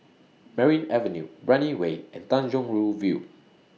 Merryn Avenue Brani Way and Tanjong Rhu View